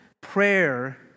prayer